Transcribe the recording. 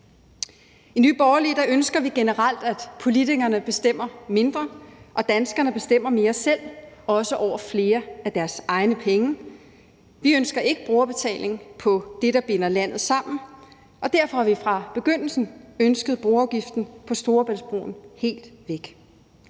I Nye Borgerlige ønsker vi generelt, at politikerne bestemmer mindre, og at danskerne bestemmer mere selv, også over flere af deres egne penge. Vi ønsker ikke brugerbetaling på det, der binder landet sammen, og derfor har vi fra begyndelsen ønsket broafgiften på Storebæltsbroen helt væk.